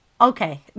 okay